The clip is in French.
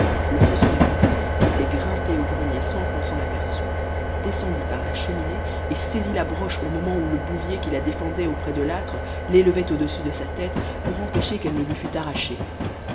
le fossoyeur qui était grimpé au grenier sans qu'on s'en aperçût descendit par la cheminée et saisit la broche au moment où le bouvier qui la défendait auprès de l'âtre l'élevait au-dessus de sa tête pour empêcher qu'elle ne lui fût arrachée